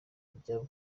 ibyabo